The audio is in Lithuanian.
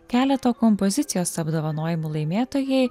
keleto kompozicijos apdovanojimų laimėtojai